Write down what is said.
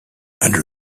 under